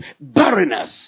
barrenness